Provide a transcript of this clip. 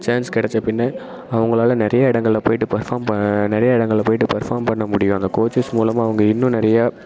chance கிடைச்சப் பின்னே அவங்களால நிறைய இடங்கள்ல போயிவிட்டு பெர்ஃபார்ம் நிறைய இடங்கள்ல போயிவிட்டு பெர்ஃபார்ம் பண்ண முடியும் அந்த கோச்சஸ் மூலமாக அவங்க இன்னும் நிறையா